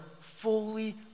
fully